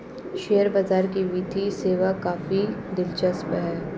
share बाजार की वित्तीय सेवा काफी दिलचस्प है